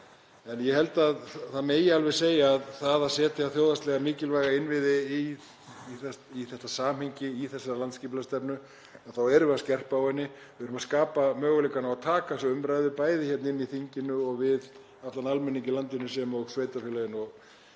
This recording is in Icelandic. En ég held að það megi alveg segja að það að setja þjóðhagslega mikilvæga innviði í þetta samhengi, í þessari landsskipulagsstefnu, þá erum við að skerpa á því. Við erum að skapa möguleikann á að taka þessa umræðu, bæði hér í þinginu og við allan almenning í landinu sem og sveitarfélögin.